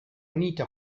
unito